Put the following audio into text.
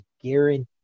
guarantee